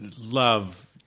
love